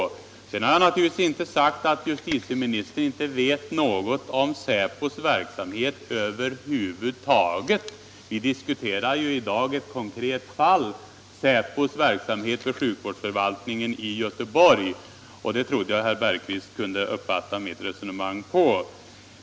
Sedan har jag naturligtvis inte sagt att justitieministern inte vet något om säpos verksamhet över huvud taget. Vi diskuterar ju i dag ett konkret fall — säpos verksamhet vid sjukvårdsförvaltningen i Göteborg — och det trodde jag att herr Bergqvist kunde uppfatta av mitt resonemang.